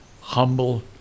humble